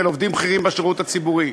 אל עובדים בכירים בשירות הציבורי?